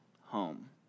home